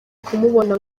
kumubona